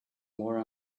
more